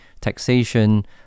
taxation